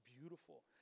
beautiful